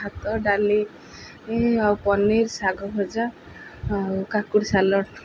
ଭାତ ଡାଲି ଆଉ ପନିର ଶାଗ ଭଜା ଆଉ କାକୁଡ଼ି ସାଲାଡ଼